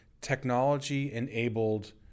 technology-enabled